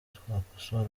twakosora